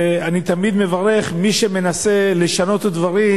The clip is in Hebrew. אני תמיד מברך מי שמנסה לשנות דברים,